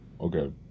Okay